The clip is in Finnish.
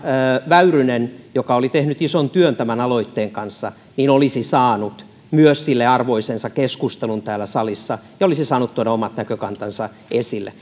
väyrynen joka oli tehnyt ison työn tämän aloitteen kanssa olisi saanut myös sille arvoisensa keskustelun täällä salissa ja olisi saanut tuoda omat näkökantansa esille